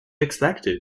expected